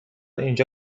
اینجا